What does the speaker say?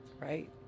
right